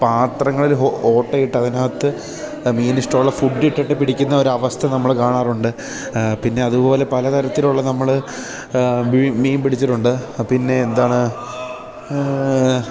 പാത്രങ്ങളിൽ ഓ ഓട്ടയിട്ട് അതിനകത്ത് മീനിന് ഇഷ്ടമുള്ള ഫുഡ് ഇട്ടിട്ട് പിടിക്കുന്ന ഒരു അവസ്ഥ നമ്മൾ കാണാറുണ്ട് പിന്നെ അതുപോലെ പലതരത്തിലുള്ള നമ്മൾ മീൻ മീൻ പിടിച്ചിട്ടുണ്ട് പിന്നെ എന്താണ്